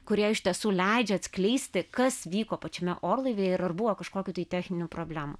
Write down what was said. kurie iš tiesų leidžia atskleisti kas vyko pačiame orlaivyje ir ar buvo kažkokių tai techninių problemų